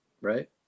right